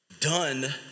done